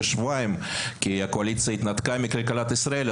שבועיים כי הקואליציה התנתקה מכלכלת ישראל,